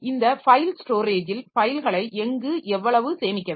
இந்த ஃபைல் ஸ்டோரேஜில் ஃபைல்களை எங்கு எவ்வளவு சேமிக்க வேண்டும்